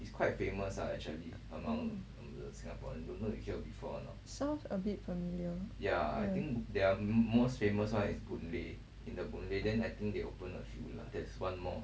sounds a bit familiar